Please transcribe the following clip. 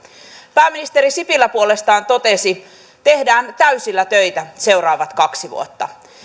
pääministeri sipilä puolestaan totesi tehdään täysillä töitä seuraavat kaksi vuotta